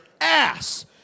ass